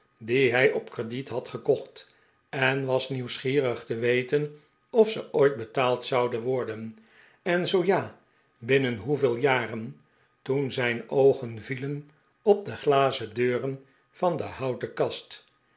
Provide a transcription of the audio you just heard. die hij op crediet had gekocht en was nieuwsgierig te weten of ze ooit betaald zouden worden en zoo ja binnen hoeveel jaren toen zijn oogen vielen op de glazen deuren van de houten kast